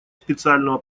специального